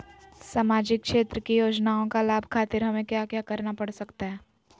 सामाजिक क्षेत्र की योजनाओं का लाभ खातिर हमें क्या क्या करना पड़ सकता है?